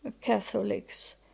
Catholics